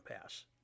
pass